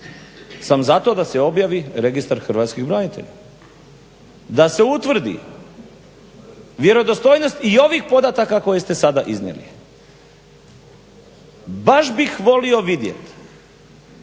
sam zato da se objavi Registar hrvatskih branitelja, da se utvrdi vjerodostojnost i ovih podataka koje ste sada iznijeli. Baš bih volio vidjeti